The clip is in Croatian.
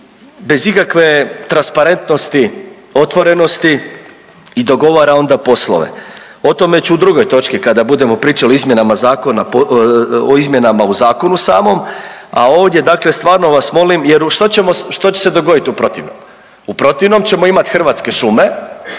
bez ikakve transparentnosti, otvorenosti i dogovara onda poslove. O tome ću u drugoj točki kada budemo pričali o izmjenama u zakonu samom, a ovdje, dakle stvarno vas molim, jer što će se dogoditi u protivnom? U protivnom ćemo imati Hrvatske šume